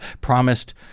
promised